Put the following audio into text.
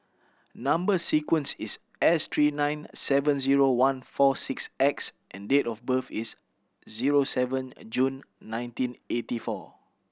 number sequence is S three nine seven zero one four six X and date of birth is zero seven June nineteen eighty four